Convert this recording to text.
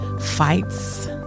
fights